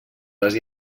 les